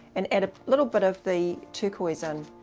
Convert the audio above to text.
and add a little bit of the turquoise in,